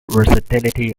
versatility